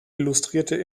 illustrierte